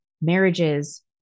marriages